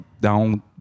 down